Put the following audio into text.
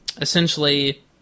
essentially